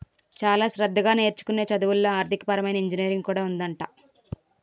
చాలా శ్రద్ధగా నేర్చుకునే చదువుల్లో ఆర్థికపరమైన ఇంజనీరింగ్ కూడా ఉందట